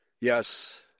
Yes